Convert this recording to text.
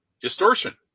distortion